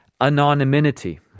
anonymity